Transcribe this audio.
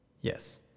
Yes